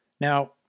Now